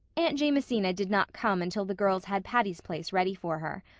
aunt jamesina did not come until the girls had patty's place ready for her.